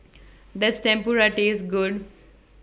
Does Tempura Taste Good